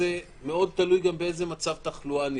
שזה מאוד תלוי באיזה מצב תחלואה נהיה.